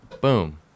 Boom